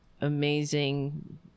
amazing